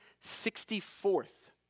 sixty-fourth